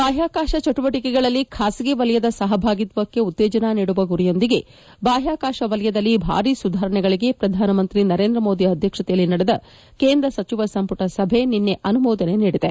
ಬಾಹ್ಯಾಕಾಶ ಚಟುವಟಿಕೆಗಳಲ್ಲಿ ಖಾಸಗಿ ವಲಯದ ಸಹಭಾಗಿತ್ವಕ್ಕೆ ಉತ್ತೇಜನ ನೀಡುವ ಗುರಿಯೊಂದಿಗೆ ಬಾಹ್ಯಾಕಾಶ ವಲಯದಲ್ಲಿ ಭಾರಿ ಸುಧಾರಣೆಗಳಿಗೆ ಪ್ರಧಾನಮಂತ್ರಿ ನರೇಂದ್ರ ಮೋದಿ ಅಧ್ಯಕ್ಷತೆಯಲ್ಲಿ ನಡೆದ ಕೇಂದ್ರ ಸಚಿವ ಸಂಪುಟ ಸಭೆ ನಿನ್ನೆ ಅನುಮೋದನೆ ನೀಡಿದೆ